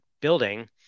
building